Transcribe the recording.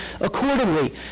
accordingly